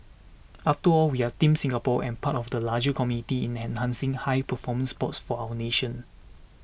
after all we are Team Singapore and part of the larger community in enhancing high performance sports for our nation